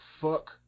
fuck